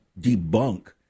debunk